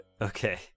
Okay